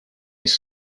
his